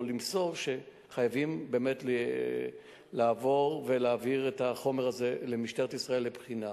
או למסור שחייבים לעבור ולהעביר את החומר הזה למשטרה ישראל לבחינה.